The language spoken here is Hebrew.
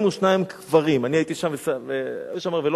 42 קברים אני הייתי שם והיו שם הרבה,